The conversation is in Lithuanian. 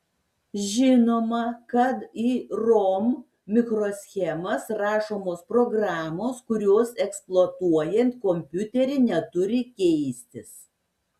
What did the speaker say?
žinoma kad į rom mikroschemas rašomos programos kurios eksploatuojant kompiuterį neturi keistis